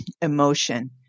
emotion